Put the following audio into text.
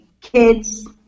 kids